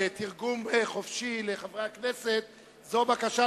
בתרגום חופשי לחברי הכנסת: זו בקשה,